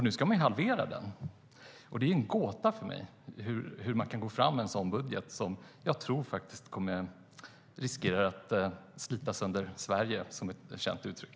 Nu ska man dock halvera den, och det är en gåta för mig hur man kan gå fram med en sådan budget, som jag faktiskt tror riskerar att slita sönder Sverige, vilket är ett känt uttryck.